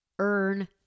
earn